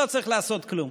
לא צריך לעשות כלום.